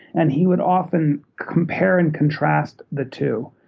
and he would often compare and contrast the two.